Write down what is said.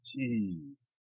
Jeez